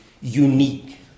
unique